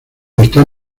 están